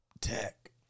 tech